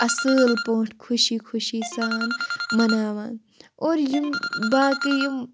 اَصۭل پٲٹھۍ خوشی خوشی سان مناوان اور یِم باقٕے یِم